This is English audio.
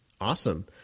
awesome